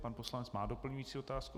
Pan poslanec má doplňující otázku.